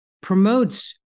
promotes